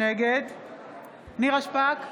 נגד נירה שפק,